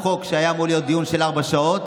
חוק שהיה אמור להיות דיון של ארבע שעות,